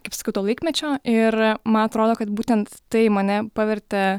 kaip sakyt to laikmečio ir man atrodo kad būtent tai mane pavertė